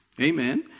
Amen